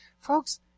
Folks